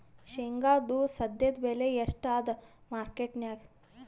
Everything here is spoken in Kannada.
ಶೇಂಗಾದು ಸದ್ಯದಬೆಲೆ ಎಷ್ಟಾದಾ ಮಾರಕೆಟನ್ಯಾಗ?